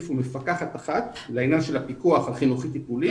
הוסיפו מפקחת אחת לעניין של הפיקוח החינוכי טיפולי.